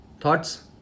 Thoughts